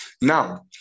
Now